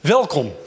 Welkom